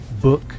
book